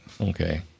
Okay